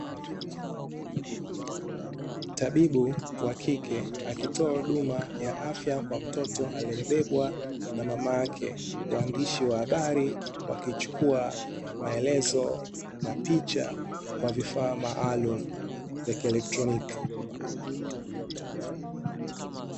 Tabibu wa kike akitoa huduma ya afya kwa mtoto aliebebwa na mama yake, waandishi wa habari wakichukua maelezo na picha kwa vifaa maalumu vya kielektroniki.